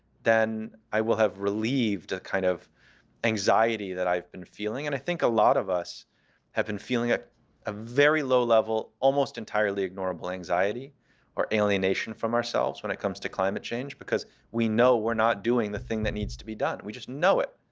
then i will have relieved a kind of anxiety that i've been feeling. and i think a lot of us have been feeling, at a very low level, almost entirely ignorable, anxiety or alienation from ourselves when it comes to climate change. because we know we're not doing the thing that needs to be done. we just know it.